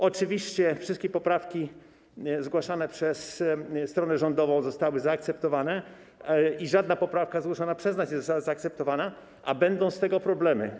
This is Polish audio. Oczywiście wszystkie poprawki zgłaszane przez stronę rządową zostały zaakceptowane i żadna poprawka zgłoszona przez nas nie została zaakceptowana, a będą z tego problemy.